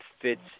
fits